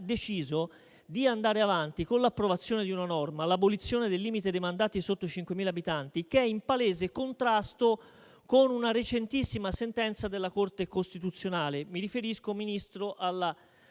deciso di andare avanti con l'approvazione di una norma, ossia l'abolizione del limite dei mandati nei Comuni sotto i 5.000 abitanti, che è in palese contrasto con una recentissima sentenza della Corte costituzionale. Mi riferisco, signor Ministro, alla